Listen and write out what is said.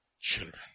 children